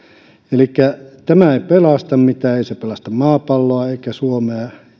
elikkä tämä ei pelasta mitään ei se pelasta maapalloa eikä suomea